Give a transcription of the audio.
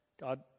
God